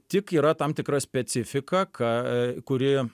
tik yra tam tikra specifika ką kuri